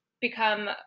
become